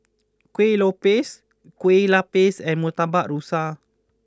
Kueh Lopes Kueh Lapis and Murtabak Rusa